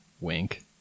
Wink